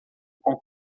com